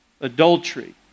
adultery